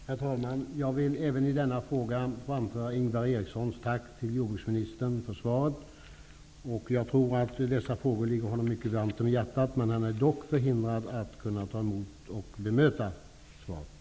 Herr talman! Även i denna frågedebatt vill jag till jordbruksministern framföra Ingvar Erikssons tack för svaret. Jag tror att dessa frågor ligger Ingvar Eriksson mycket varmt om hjärtat. Tyvärr är han alltså förhindrad att här ta emot och bemöta svaret.